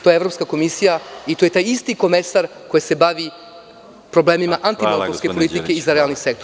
To je Evropska komisija i to je taj isti komesar koji se bavi problemima antimonopolske politike i za realni sektor.